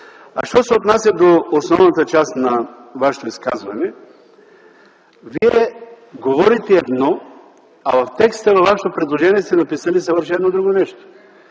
Що се отнася до основната част на Вашето изказване, Вие говорите едно, а в текста на Вашето предложение сте написали съвършено друго нещо.